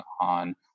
on